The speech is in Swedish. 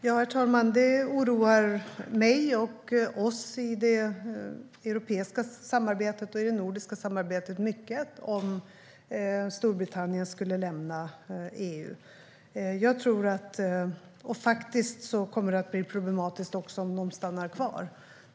Herr talman! Det oroar mig och oss i det europeiska och nordiska samarbetet mycket om Storbritannien skulle lämna EU. Det kommer också att bli problematiskt om de stannar kvar.